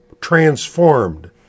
transformed